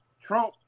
Trump-